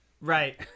right